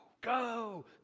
go